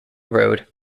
road